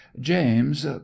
james